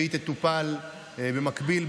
והיא תטופל במקביל,